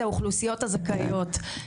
זה האוכלוסיות הזכאיות.